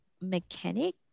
mechanic